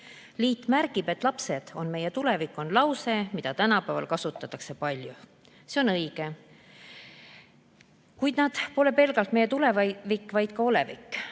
Liit märgib: ""Lapsed on meie tulevik" on lause, mida tänapäeval kasutatakse palju. See on õige, kuid nad pole pelgalt meie tulevik, vaid ka olevik.